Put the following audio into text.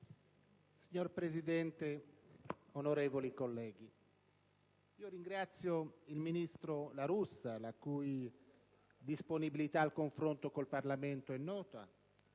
Signora Presidente, onorevoli colleghi, ringrazio il ministro La Russa, la cui disponibilità al confronto con il Parlamento è nota,